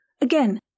Again